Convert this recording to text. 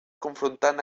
confrontant